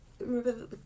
remember